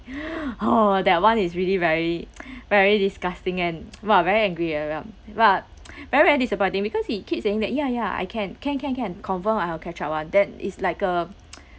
oh that one is really very very disgusting and !wah! very angry at him but very very disappointing because he keep saying that ya ya I can can can can confirm I'll catch up [one] then it's like a